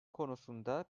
konusunda